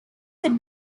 could